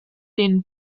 dem